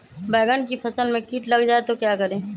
बैंगन की फसल में कीट लग जाए तो क्या करें?